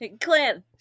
Clan